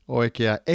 oikea